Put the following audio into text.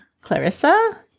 Clarissa